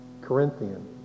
Corinthian